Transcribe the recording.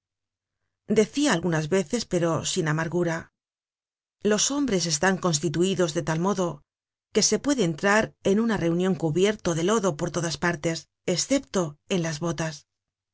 decia algunas veces pero sin amargura los hombres están constituidos de tal modo que se puede entrar en una reunion cubierto de lodo por todas partes escepto en las botas